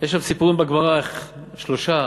יש שם סיפורים בגמרא איך שלושה,